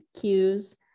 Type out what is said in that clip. cues